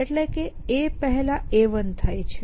એટલે કે A પહેલા A1 થાય છે